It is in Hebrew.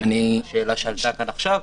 זה בעקבות השאלה שעלתה כאן עכשיו,